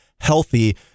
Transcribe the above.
healthy